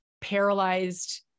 paralyzed